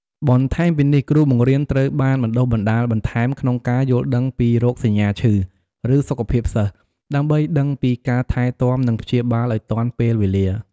បន្ថែមពីនេះ គ្រូបង្រៀនត្រូវបានបណ្ដុះបណ្ដាលបន្ថែមក្នុងការយល់ដឹងពីរោគសញ្ញាឈឺ ឬសុខភាពសិស្ស ដើម្បីដឹងពីការថែទាំនិងព្យាបាលឲ្យទាន់ពេលវេលា។